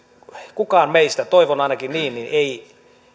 kukaan meistä toivon ainakin niin niin ei